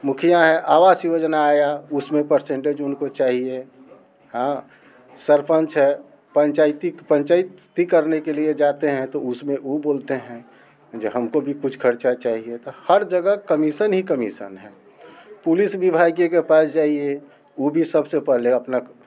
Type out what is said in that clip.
मुखिया है आवास योजना आया उसमें परसेंटेज जो उनको चाहिए हाँ सरपंच है पंचायती पंचायती करने के लिए जाते हैं तो उसमें वो बोलते हैं जो हम को भी कुछ ख़र्च चाहिए था हर जगह कमीसन ही कमीसन है पुलिस विभाग के पास जाइए वो भी सब से पहले अपना